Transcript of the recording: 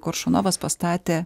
koršunovas pastatė